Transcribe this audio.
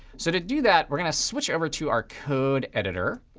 so to do that, we're going to switch over to our code editor.